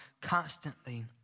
constantly